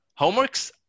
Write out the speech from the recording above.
Homeworks